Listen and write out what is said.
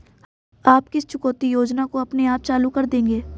आप किस चुकौती योजना को अपने आप चालू कर देंगे?